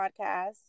Podcast